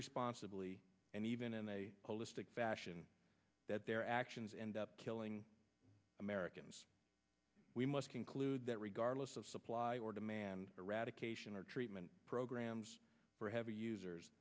responsibly and even in a holistic fashion that their actions end up killing americans we must conclude that regardless of supply or demand eradication or treatment programs for heavy